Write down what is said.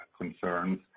concerns